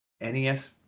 NES